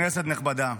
כנסת נכבדה,